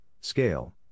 scale